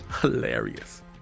Hilarious